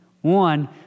One